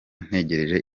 ntegereje